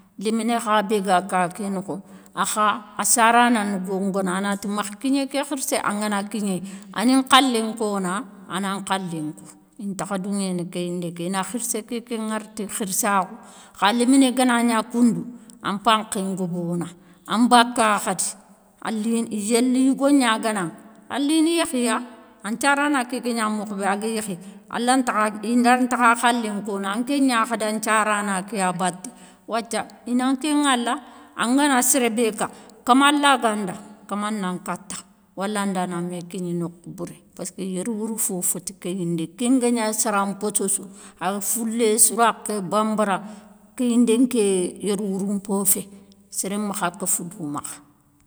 Léminé kha bé ga ka ké nokho a kha a sarana na gongona anati makha kigné ké khirssé angana kignéyi ani nkhalé kona a nan khalé nko. intakha douŋéné kéyindé ké, ina khirssé ké ké ŋara ti khirssakhou kha léminé gana gna koundou an pankhé ngobona, an baka khadi, yéli yougo gna geunaŋa, a lini yékhiya an thiarana ké gagna mokho bé a ga yékhi a i lantakha khalé nkono anké gnakhada nthiarana ké ya baté wathia, ina nké ŋala angana séré bé ka kama laganda, kama nankata wala ndana mé kigna nokhou bouré paski yérouwourou foféti kéyindé kéngagnasara nposso sou, awa foulé sourakhé banbara, kéyindé nké yérouwourou npofé, séré makha kofou dou makha.